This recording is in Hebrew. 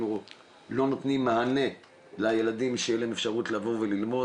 לא נותנים מענה לילדים שתהיה להם אפשרות ללמוד.